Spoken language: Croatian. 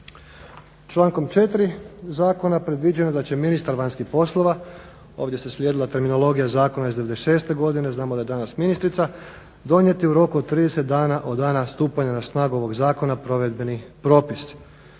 Člankom 4.zakona je predviđeno da će ministar vanjskih poslova ovdje se slijedila terminologija zakona iz '96.godine, znamo da je danas ministrica donijeti u roku od 30 dana od dana stupanja na snagu ovog zakona provedbenih propisa.